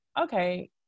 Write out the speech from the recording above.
okay